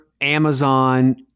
amazon